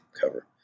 cover